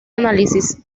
análisis